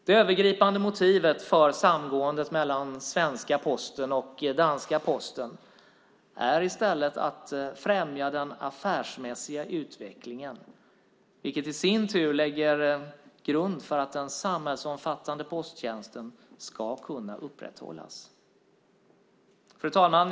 Det övergripande motivet för samgåendet mellan svenska Posten och danska Posten är i stället att främja den affärsmässiga utvecklingen, vilket i sin tur lägger grunden för att den samhällsomfattande posttjänsten ska kunna upprätthållas. Fru talman!